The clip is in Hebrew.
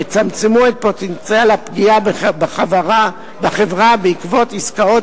יצמצמו את פוטנציאל הפגיעה בחברה בעקבות עסקאות